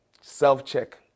Self-check